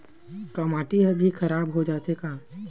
का माटी ह भी खराब हो जाथे का?